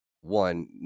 one